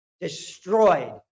destroyed